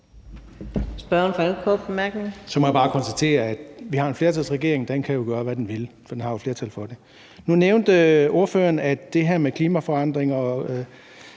Så må jeg bare konstatere, at vi har en flertalsregering, og den kan gøre, hvad den vil, for den har jo flertal for det. Nu nævnte ordføreren, at det her med klimaforandringer